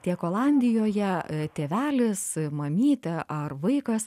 tiek olandijoje tėvelis mamytė ar vaikas